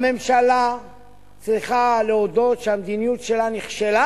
הממשלה צריכה להודות שהמדיניות שלה נכשלה,